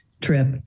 trip